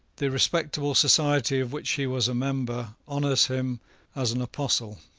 the respectable society of which he was a member honours him as an apostle.